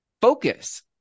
focus